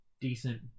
decent